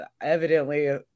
evidently